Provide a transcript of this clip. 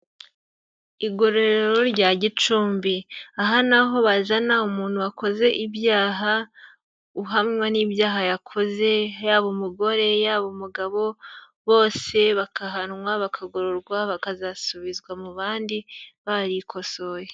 Igororero rya Gicumbi, aha ni aho bazana umuntu wakoze ibyaha uhamwa n'ibyaha yakoze, yaba umugore, yaba umugabo, bose bagahanwa, bakagororwa, bakazasubizwa mu bandi barikosoye.